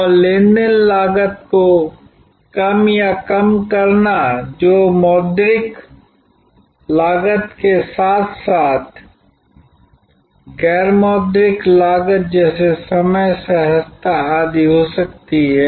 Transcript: और लेन देन लागत को कम या कम करना जो मौद्रिक लागत के साथ साथ गैर मौद्रिक लागत जैसे समय सहजता आदि हो सकती है